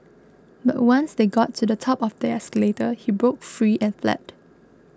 but once they got to the top of their escalator he broke free and fled